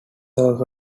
also